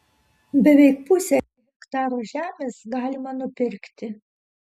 beveik pusę hektaro žemės galima nupirkti